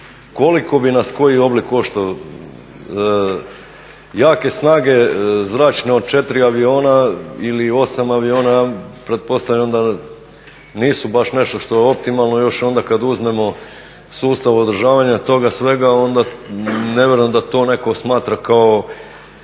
koliko bi nas koji oblik koštao. Jake snage zračne od 4 aviona ili 8 aviona ja pretpostavljam da nisu baš nešto što je optimalno i još onda kad uzmemo sustav održavanja toga svega onda ne vjerujem da to netko smatra kao